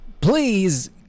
Please